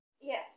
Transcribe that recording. Yes